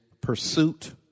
pursuit